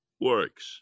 works